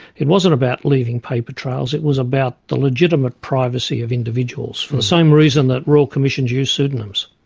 it wasn't about leaving paper trails, it was about the legitimate privacy of individuals, for the same reasons that royal commissions use pseudonyms.